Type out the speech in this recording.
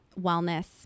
wellness